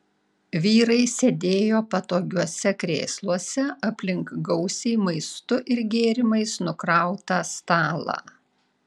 vyrai sėdėjo patogiuose krėsluose aplink gausiai maistu ir gėrimais nukrautą stalą